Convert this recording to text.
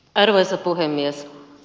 arvoisa puhemies